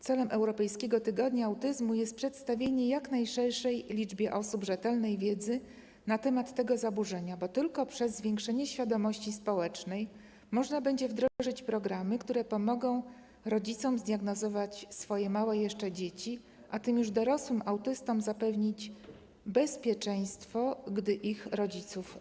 Celem Europejskiego Tygodnia Autyzmu jest przedstawienie jak najszerszej liczbie osób rzetelnej wiedzy na temat tego zaburzenia, bo tylko przez zwiększenie świadomości społecznej można będzie wdrożyć programy, które pomogą rodzicom zdiagnozować swoje małe jeszcze dzieci, a tym już dorosłym autystom zapewnić bezpieczeństwo, gdy zabraknie ich rodziców.